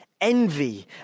envy